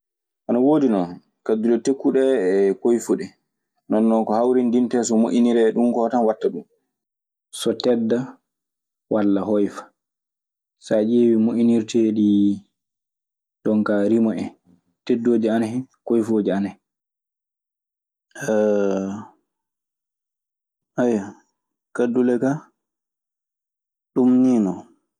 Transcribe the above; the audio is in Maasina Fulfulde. Ana woodi non kaddule tekkuɗe e koyfuɗe, ndenno ko hawrindintee so waɗee ɗum koo tan watta ɗum. So tedda walla hoyfa. So a ƴeewii moƴƴinirteeɗi jon kaa rimo en, teddooji ana hen, koyfooji ana hen. Kaddule kaa ɗum nii non.